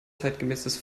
zeitgemäßes